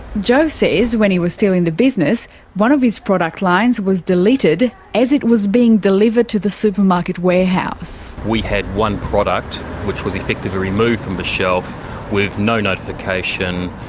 joe says that when he was still in the business one of his product lines was deleted as it was being delivered to the supermarket warehouse. we had one product which was effectively removed from the shelf with no notification.